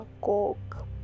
coke